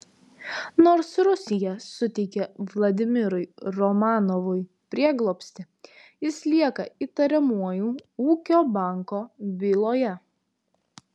nors rusija suteikė vladimirui romanovui prieglobstį jis lieka įtariamuoju ūkio banko byloje